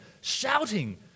shouting